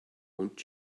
und